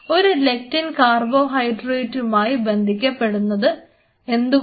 ഒരു ലെക്റ്റിൻ കാർബോഹൈഡ്രേറ്റുമായി ബന്ധപ്പെടുന്നത് എന്തുകൊണ്ട്